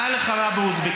מה היה לך רע באוזבקיסטאן?